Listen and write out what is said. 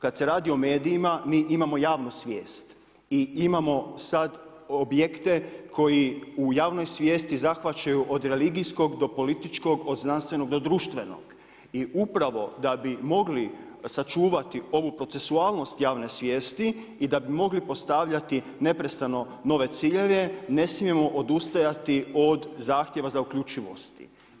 Kad se radi o medijima mi imamo javnu svijest i imamo sad objekte koji u javnoj svijesti zahvaćaju od religijskog do političkog, od znanstvenog do društvenog i upravo da bi mogli sačuvati ovu procesualnost javne svijesti i da bi mogli postavljati neprestano nove ciljeve, ne smijemo odustajati od zahtjeva za uključivosti.